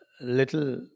little